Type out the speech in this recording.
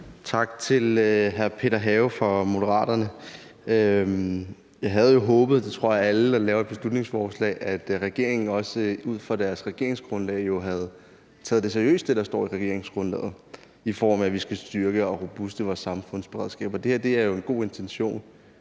at alle, der laver et beslutningsforslag, gør – at regeringen ud fra sit regeringsgrundlag havde taget det, der står i regeringsgrundlaget, seriøst, i form af at vi skal styrke og robustgøre vores samfundsberedskab. Det her har jo en god intention,